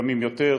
ימים יותר,